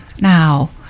Now